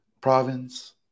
province